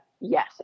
Yes